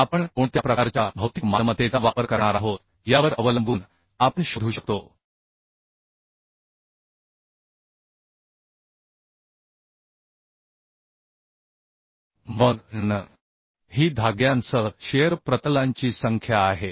तर आपण कोणत्या प्रकारच्या भौतिक मालमत्तेचा वापर करणार आहोत यावर अवलंबून fub आपण शोधू शकतो मग nn ही धाग्यांसह शिअर प्रतलांची संख्या आहे